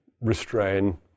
restrain